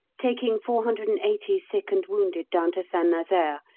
taking four hundred and eighty sick and wounded down to st nazaire,